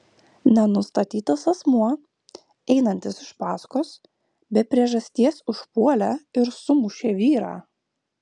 nenustatytas asmuo einantis iš paskos be priežasties užpuolė ir sumušė vyrą